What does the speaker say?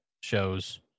shows